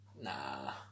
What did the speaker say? Nah